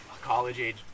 college-age